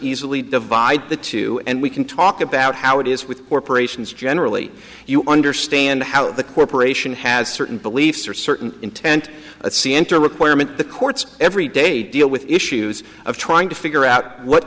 easily divide the two and we can talk about how it is with corporations generally you understand how the corporation has certain beliefs or certain intent see enter requirement the courts every day deal with issues of trying to figure out what